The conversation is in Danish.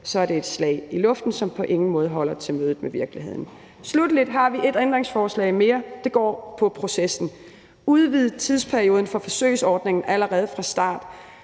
er det et slag i luften, som på ingen måde holder til mødet med virkeligheden. Sluttelig har vi et ændringsforslag mere. Det går på processen: Udvid tidsperioden for forsøgsordningen allerede fra starten.